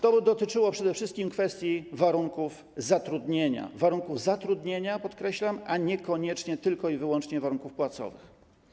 To dotyczyło przede wszystkim kwestii warunków zatrudnienia - warunków zatrudnienia, podkreślam, a niekoniecznie tylko i wyłącznie warunków płacowych.